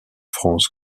france